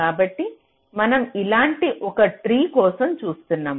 కాబట్టి మనం ఇలాంటి ఒక ట్రీ కోసం చూస్తున్నాం